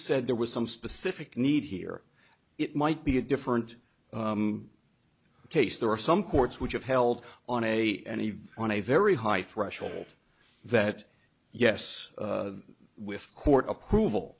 said there was some specific need here it might be a different case there are some courts which have held on a any on a very high threshold that yes with court approval